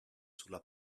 sulla